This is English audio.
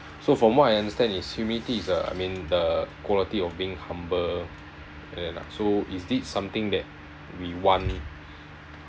so from what I understand is humility is uh I mean the quality of being humble and then ah so is it something that we want